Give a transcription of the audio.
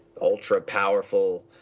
ultra-powerful